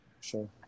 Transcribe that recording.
Sure